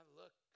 look